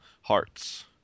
hearts